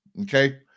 Okay